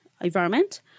environment